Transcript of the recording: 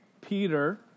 Peter